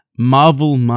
Marvel